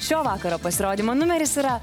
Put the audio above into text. šio vakaro pasirodymo numeris yra